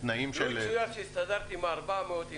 תנאים --- לו יצויר שהסתדרתי עם ה-400 שקלים,